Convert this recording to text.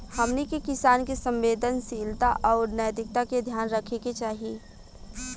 हमनी के किसान के संवेदनशीलता आउर नैतिकता के ध्यान रखे के चाही